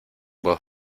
voz